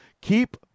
Keep